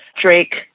Drake